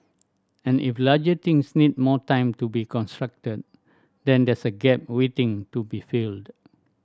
and if larger things need more time to be constructed then there's a gap waiting to be filled